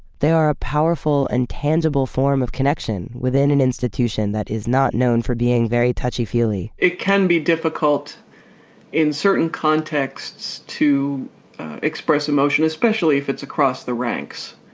they are a powerful and tangible form of connection within an institution that is not known for being very touchy-feely it can be difficult in certain contexts to express emotion, especially if it's across the ranks.